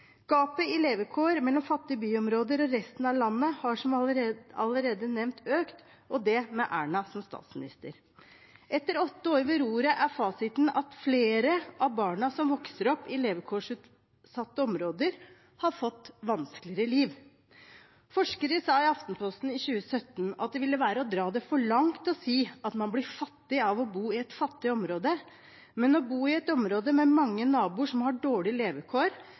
Gapet i levekår mellom fattige byområder og resten av landet har, som jeg allerede har nevnt, økt – og det med Erna som statsminister. Etter åtte år ved roret er fasiten at flere av barna som vokser opp i levekårsutsatte områder, har fått et vanskeligere liv. Forskere sa i Aftenposten i 2017 at det ville være å dra det for langt å si at man blir fattig av å bo i et fattig område, men å bo i et område med mange naboer som har dårlige levekår,